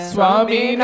Swami